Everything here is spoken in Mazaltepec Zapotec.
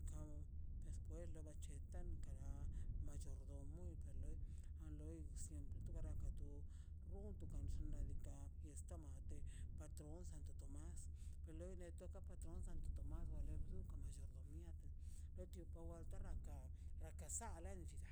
Kanun despues de la bac̱hetan kara mallordomomia per loi an loi siempre kara ka to rronto kax xnaꞌ diikaꞌ y esta mate patron santo tomas per loi le toka patron santo tomás wa le bru la mallordomia beti para wa garrat laka san le llit